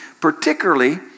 particularly